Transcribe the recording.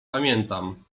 pamiętam